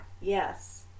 yes